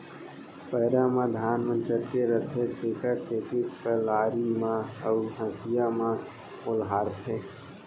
पैरा म धान मन चटके रथें तेकर सेती कलारी म अउ हँसिया म ओलहारथें